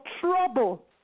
trouble